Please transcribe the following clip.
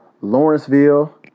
Lawrenceville